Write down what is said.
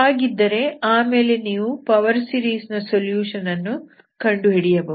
ಹಾಗಿದ್ದರೆ ಆಮೇಲೆ ನೀವು ಪವರ್ ಸೀರೀಸ್ ನ ಸೊಲ್ಯೂಷನ್ ಅನ್ನು ಕಂಡುಹಿಡಿಯಬಹುದು